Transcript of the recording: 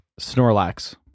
Snorlax